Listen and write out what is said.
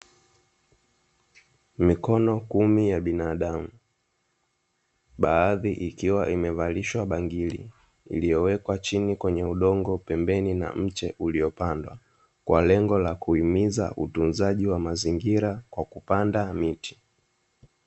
Mikono kumi ya binadamu, baadhi ikiwa imevalishwa bangili, iliyowekwa chini kwenye udongo pembeni na mche uliopandwa, kwa lengo la kuhimiza utunzaji wa mazingira kwa kupanda miti.